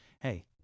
hey